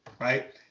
right